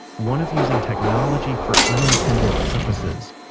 one of using technology for unintended purposes.